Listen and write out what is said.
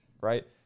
right